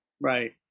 Right